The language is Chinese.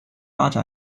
发展